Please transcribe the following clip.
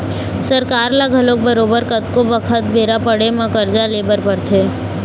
सरकार ल घलोक बरोबर कतको बखत बेरा पड़े म करजा ले बर परथे